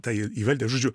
tai įvaldę žodžiu